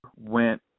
went